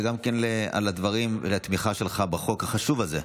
וגם על הדברים והתמיכה שלך בחוק החשוב הזה.